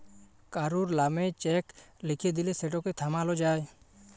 কারুর লামে চ্যাক লিখে দিঁলে সেটকে থামালো যায়